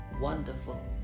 wonderful